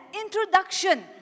introduction